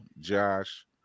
Josh